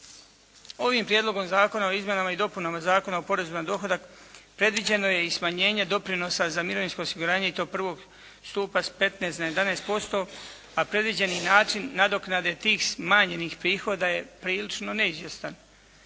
Ovim prijedlogom zakona o izmjenama i dopunama Zakona o porezu na dohodak predviđeno je i smanjenje doprinosa za mirovinsko osiguranje i to prvog stupa s 15 na 11% a predviđeni način nadoknade tih smanjenih prihoda je prilično neizvjestan